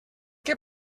que